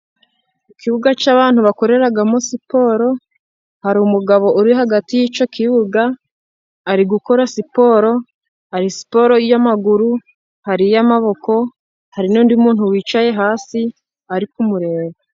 Ikibuga cy'abantu bakoreramo siporo, hari umugabo uri hagati y'icyo kibuga ari gukora siporo. Hari siporo y'amaguru hari n'iy'amaboko. Hari n'undi muntu wicaye hasi ari kumureba.